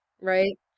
right